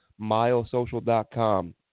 milesocial.com